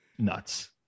nuts